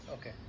Okay